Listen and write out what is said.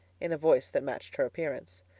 in a voice that matched her appearance.